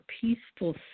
peaceful